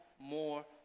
more